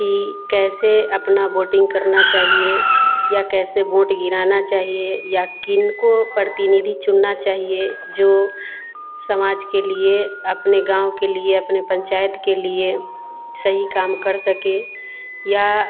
कि कैसे अपना वोटिंग करना चाहिए या कैसे वोट गिराना चाहिए या किनको प्रतीनिधि चुनना चाहिए जो समाज के लिए अपने गाँव के लिए अपने पंचायत के लिए सही काम कर सके या